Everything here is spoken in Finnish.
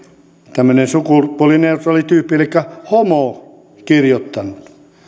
tämmöinen sukupuolineutraali tyyppi elikkä homo kirjoittanut